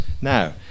Now